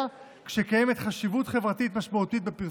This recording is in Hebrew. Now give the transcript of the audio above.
כשקיימת חשיבות חברתית משמעותית בפרסום.